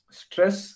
stress